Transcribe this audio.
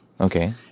Okay